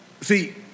See